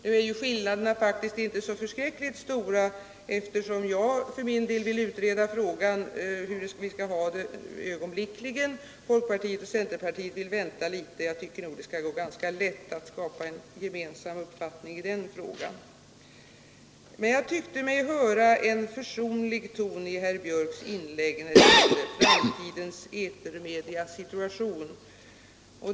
Nu är skillnaderna faktiskt inte så förskräckligt stora, eftersom jag för min del ögonblickligen vill utreda frågan hur vi skall ha det och centerpartiet och folkpartiet vill vänta litet. Jag tycker nog det bör gå ganska lätt att skapa en gemensam uppfattning beträffande den frågan. Men jag tyckte mig höra en försonlig ton i herr Björks inlägg om framtidens etermedias situation.